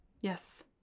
Yes